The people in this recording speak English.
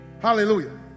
Hallelujah